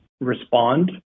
respond